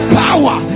power